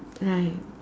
right